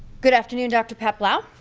good afternoon, dr. peplau.